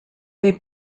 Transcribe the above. they